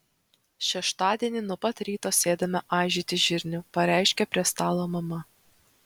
šeštadienį nuo pat ryto sėdame aižyti žirnių pareiškė prie stalo mama